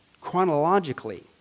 Chronologically